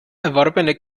erworbene